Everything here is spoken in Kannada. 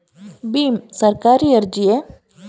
ಭೀಮ್ ಸರ್ಕಾರಿ ಅರ್ಜಿಯೇ?